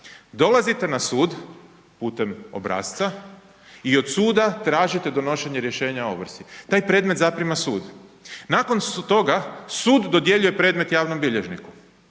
dolazite na sud putem obrasca i od suda tražite donošenje rješenja o ovrsi, taj predmet zaprima sud. Nakon toga sud dodjeljuje predmet javnom bilježniku,